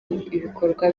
bikorwa